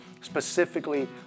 specifically